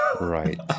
Right